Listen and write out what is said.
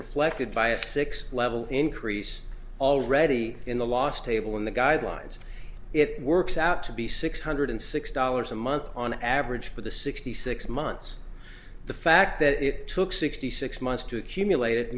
reflected by a six level increase already in the last table in the guidelines it works out to be six hundred six dollars a month on average for the sixty six months the fact that it took sixty six months to accumulate it